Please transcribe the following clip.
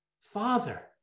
Father